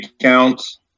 accounts